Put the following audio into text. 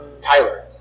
Tyler